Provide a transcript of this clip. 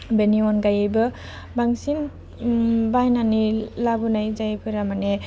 बेनि अनगायैबो बांसिन बायनानै लाबोनाय जायफोरा माने